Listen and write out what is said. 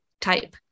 type